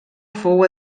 fou